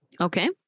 Okay